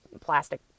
plastic